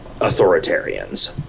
authoritarians